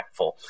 impactful